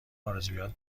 آرزوهایت